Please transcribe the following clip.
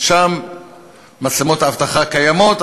שם מצלמות האבטחה קיימות,